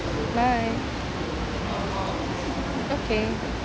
bye okay